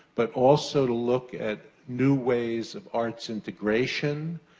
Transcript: but also to look at new ways of arts integration,